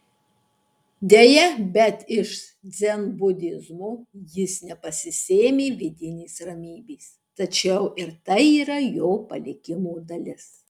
deja bet iš dzenbudizmo jis nepasisėmė vidinės ramybės tačiau ir tai yra jo palikimo dalis